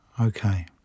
Okay